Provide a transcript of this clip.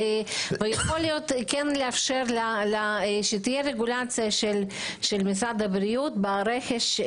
יכול להיות שכן לאפשר שתהיה רגולציה של משרד הבריאות ברכש,